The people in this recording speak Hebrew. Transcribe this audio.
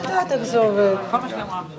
כתוב לי לחשוב להוריד את הסעיפים.